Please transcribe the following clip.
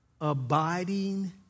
abiding